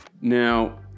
now